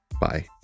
Bye